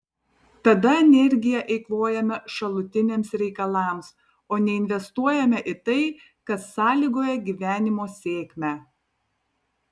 tada energiją eikvojame šalutiniams reikalams o neinvestuojame į tai kas sąlygoja gyvenimo sėkmę